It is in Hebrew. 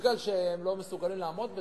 מפני שהם לא מסוגלים לעמוד בזה.